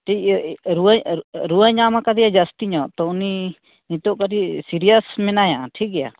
ᱠᱟᱹᱴᱤ ᱨᱩᱣᱟᱹ ᱨᱩᱣᱟᱹ ᱧᱟᱢ ᱟᱠᱟᱫᱮᱭᱟ ᱡᱟᱹᱥᱛᱤ ᱧᱚᱜ ᱛᱳ ᱩᱱᱤ ᱱᱤᱛᱳᱜ ᱠᱟᱹᱴᱤᱡ ᱥᱤᱨᱭᱟᱥ ᱢᱮᱱᱮᱭᱟ ᱴᱷᱤᱠ ᱜᱮᱭᱟ